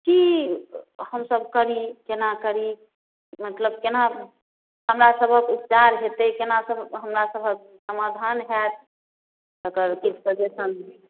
की हमसभ करी केना करी मतलब केना हमरासभक उपचार हेतै केना सभक हमरासभक समाधान हैत तकर किछु सजेशन दिअ